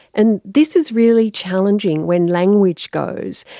and this is really challenging when language goes,